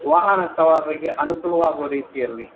ವಾಹನ ಸವಾರರಿಗೆ ಅನುಕೂಲವಾಗುವ ರೀತಿಯಲ್ಲಿ